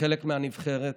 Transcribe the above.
וחלק מהנבחרת.